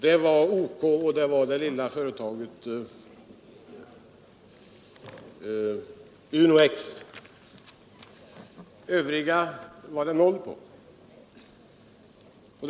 Det var OK och det lilla Uno-X. För övriga var vinsten noll.